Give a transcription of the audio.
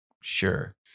sure